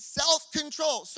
self-control